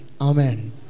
Amen